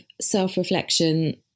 self-reflection